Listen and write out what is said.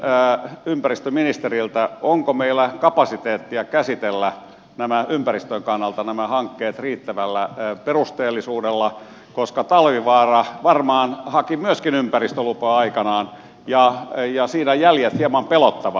kysyn ympäristöministeriltä onko meillä kapasiteettia käsitellä ympäristön kannalta nämä hankkeet riittävällä perusteellisuudella koska talvivaara varmaan haki myöskin ympäristölupaa aikanaan ja siinä jäljet hieman pelottavat